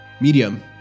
Medium